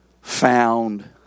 found